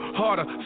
harder